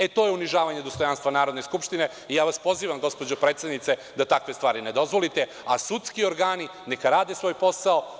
E, to je unižavanje dostojanstva Narodne skupštine i ja vas pozivam, gospođo predsednice, da takve stvari ne dozvolite, a sudski organi neka rade svoj posao.